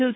L